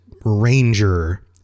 Ranger